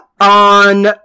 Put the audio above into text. on